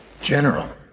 General